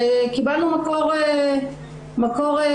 וקיבלנו מקור תקציבי.